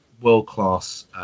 world-class